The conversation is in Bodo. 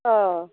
औ